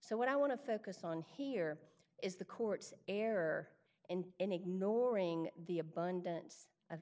so what i want to focus on here is the court error and ignoring the abundance of